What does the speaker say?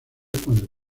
cuando